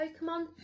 Pokemon